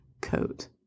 coat